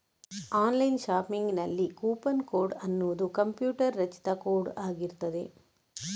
online ಶಾಪಿಂಗಿನಲ್ಲಿ coupon code ಅನ್ನುದು computer ರಚಿತ ಕೋಡ್ ಆಗಿರ್ತದೆ